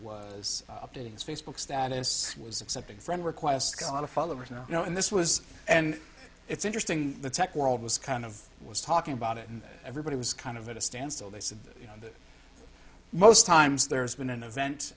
was updating his facebook status was accepting friend requests come out of followers now you know and this was and it's interesting the tech world was kind of was talking about it and everybody was kind of at a standstill they said you know that most times there's been an event